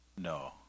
no